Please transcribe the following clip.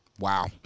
Wow